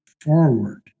forward